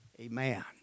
Amen